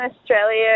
Australia